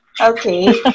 Okay